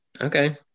Okay